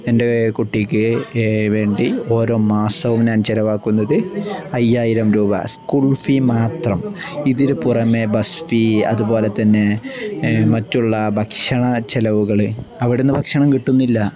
എൻ്റെ കുട്ടിക്ക് വേണ്ടി ഓരോ മാസവും ഞാൻ ചിലവാക്കുന്നത് അയ്യായിരം രൂപ സ്കൂൾ ഫീ മാത്രം ഇതിന് പുറമേ ബസ് ഫീ അതുപോലെ തന്നെ മറ്റുള്ള ഭക്ഷണ ചിലവുകൾ അവിടെ നിന്ന് ഭക്ഷണം കിട്ടുന്നില്ല